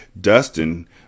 Dustin